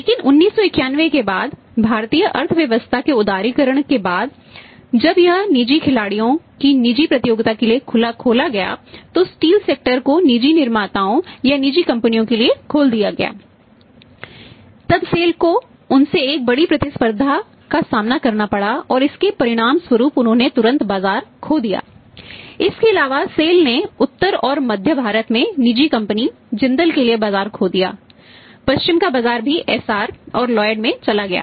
लेकिन 1991 के बाद भारतीय अर्थव्यवस्था के उदारीकरण के बाद जब यह निजी खिलाड़ियों की निजी प्रतियोगिता के लिए खोला गया तो स्टील सेक्टर में चला गया